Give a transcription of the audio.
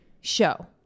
show